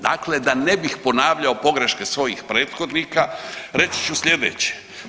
Dakle, da ne bih ponavljao pogreške svojih prethodnika reći ću slijedeće.